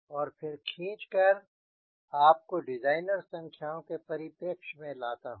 और फिर खींचकर आपको डिज़ाइनर संख्याओं के परिप्रेक्ष्य में लाता हूँ